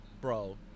bro